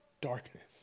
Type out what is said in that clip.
darkness